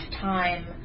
time